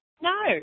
no